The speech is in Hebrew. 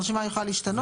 הרשימה יכולה להשתנות.